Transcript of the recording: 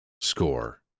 score